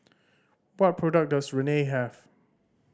what products does Rene have